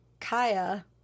Kaya